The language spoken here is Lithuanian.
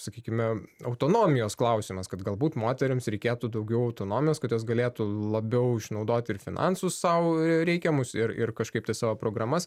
sakykime autonomijos klausimas kad galbūt moterims reikėtų daugiau autonomijos kad jos galėtų labiau išnaudoti ir finansus sau reikiamus ir ir kažkaip tai savo programas